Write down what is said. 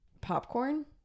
popcorn